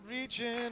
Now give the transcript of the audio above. reaching